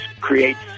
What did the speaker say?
creates